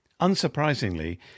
Unsurprisingly